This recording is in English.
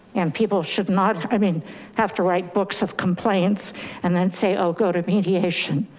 and people should not i mean have to write books of complaints and then say, oh, go to mediation.